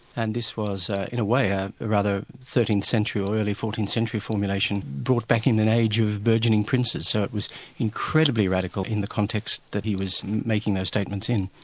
and this was ah in a way a rather thirteenth century or early fourteenth century formulation brought back in an age of burgeoning princes. so it was incredibly radical in the context that he was making those statements in.